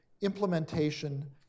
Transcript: implementation